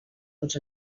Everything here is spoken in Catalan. tots